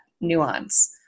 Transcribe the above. nuance